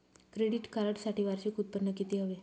Credit कार्डसाठी वार्षिक उत्त्पन्न किती हवे?